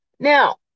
Now